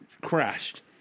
Crashed